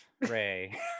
Ray